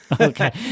Okay